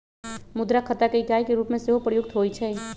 मुद्रा खता के इकाई के रूप में सेहो प्रयुक्त होइ छइ